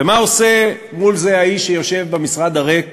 מה עושה מול זה האיש שיושב במשרד הריק